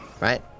right